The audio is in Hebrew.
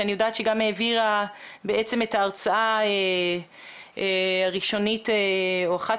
שאני יודעת שהעבירה את ההרצאה הראשונית או לפחות אחת